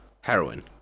heroin